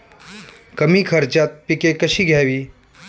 कमी खर्चात पिके कशी घ्यावी?